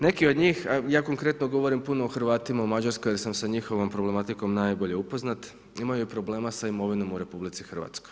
Neki od njih, a ja konkretno govorim puno o Hrvatima u Mađarskoj jer sam sa njihovom problematikom najbolje upoznat, imaju problema sa imovinom u RH.